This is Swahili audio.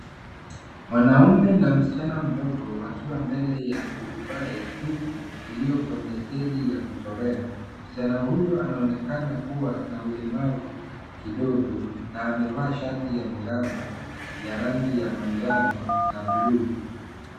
Mwanaume na msichana mdogo wakiwa mbele ya turubai tupu iliyo kwenye stedi ya kuchorea. Msichana huyu anaonekana kuwa na ulemavu kidogo na amevaa shati ya miraba ya rangi ya manjano na bluu.